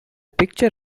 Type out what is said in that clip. picture